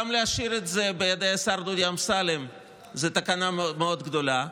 גם להשאיר את זה בידי השר דודי אמסלם זה תקלה מאוד גדולה,